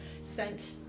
sent